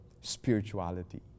spirituality